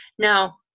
Now